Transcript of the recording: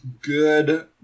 Good